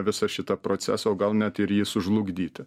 visą šitą procesą o gal net ir jį sužlugdyti